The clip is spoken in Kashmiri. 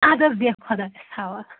اَدٕ حظ بیٚہ خۄدایَس حوال